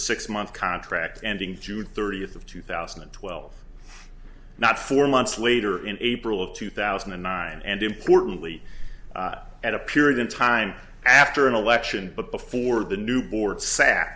six month contract ending june thirtieth of two thousand and twelve not four months later in april of two thousand and nine and importantly at a period in time after an election but before the new board sa